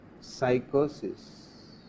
psychosis